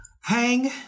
hang